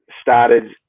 started